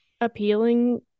appealing